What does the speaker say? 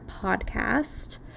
podcast